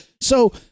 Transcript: So-